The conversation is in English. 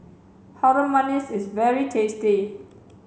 Harum Manis is very tasty